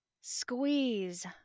Squeeze